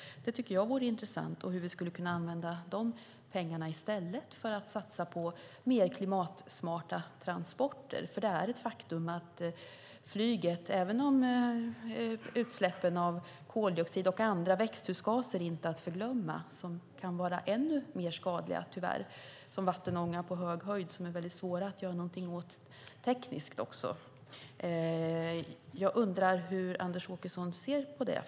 Det vore intressant att höra hur vi i stället skulle kunna satsa de pengarna på mer klimatsmarta transporter. Bortsett från utsläppen av koldioxid är andra växthusgaser inte att förglömma - växthusgaser som tyvärr kan vara ännu skadligare, såsom vattenånga på hög höjd som det tekniskt är väldigt svårt att göra något åt. Hur ser Anders Åkesson på detta?